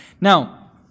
Now